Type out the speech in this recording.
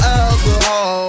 alcohol